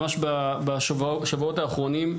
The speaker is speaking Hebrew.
ממש בשבועות האחרונים,